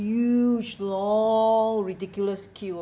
huge long ridiculous queue